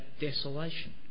desolation